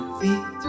feet